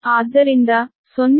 ಆದ್ದರಿಂದ 0